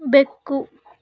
ಬೆಕ್ಕು